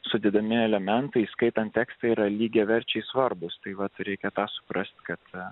sudedamieji elementai skaitant tekstą yra lygiaverčiai svarbūs tai vat reikia tą suprasti kad